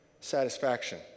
satisfaction